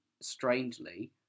strangely